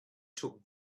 took